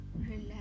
Relax